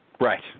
Right